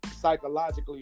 Psychologically